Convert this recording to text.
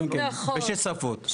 בשש שפות.